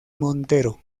montero